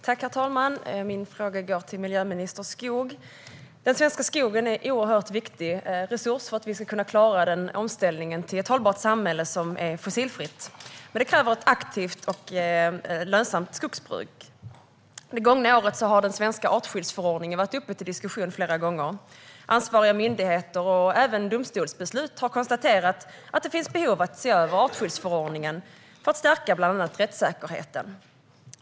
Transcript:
Herr talman! Min fråga går till miljöminister Skog. Den svenska skogen är en oerhört viktig resurs för att vi ska kunna klara omställningen till ett hållbart samhälle som är fossilfritt. Men det kräver ett aktivt och lönsamt skogsbruk. Det gångna året har den svenska artskyddsförordningen varit uppe till diskussion flera gånger. Det har konstaterats av ansvariga myndigheter och även i domstolsbeslut att det finns behov av att se över artskyddsförordningen för att stärka bland annat rättssäkerheten.